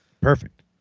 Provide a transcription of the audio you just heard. Perfect